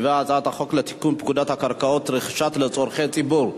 27. הצעת חוק לתיקון פקודת הקרקעות (רכישה לצורכי ציבור)